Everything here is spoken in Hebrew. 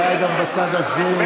זה היה גם בצד הזה.